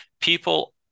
People